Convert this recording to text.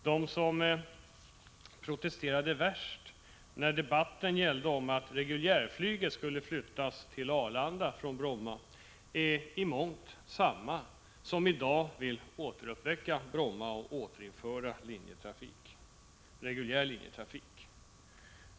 De som protesterade värst när debatten gällde om reguljärflyget skulle flyttas till Arlanda är i mångt och mycket samma personer som i dag vill återuppväcka Bromma och återinföra reguljär linjetrafik där.